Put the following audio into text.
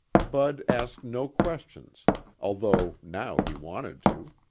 bud asked no questions although now he wanted to.